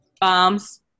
Bombs